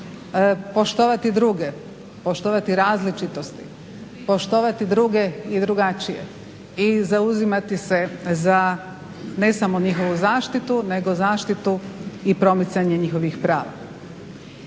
poštovati druge, poštovati različitosti, poštovati druge i drugačije i zauzimati se za ne samo njihovu zaštitu nego zaštitu i promicanje njihovih prava.